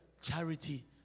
Charity